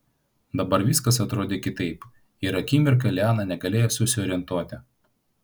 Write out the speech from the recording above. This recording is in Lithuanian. dabar viskas atrodė kitaip ir akimirką liana negalėjo susiorientuoti